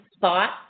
thought